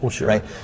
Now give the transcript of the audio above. Right